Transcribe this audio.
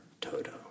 Toto